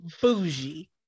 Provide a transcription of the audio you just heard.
bougie